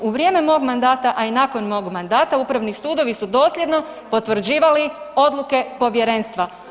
U vrijeme mog mandata, a i nakon mog mandata upravni sudovi su dosljedno potvrđivali odluke povjerenstva.